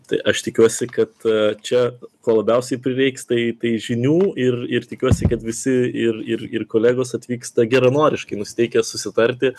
tai aš tikiuosi kad čia ko labiausiai prireiks tai tai žinių ir ir tikiuosi kad visi ir ir ir kolegos atvyksta geranoriškai nusiteikę susitarti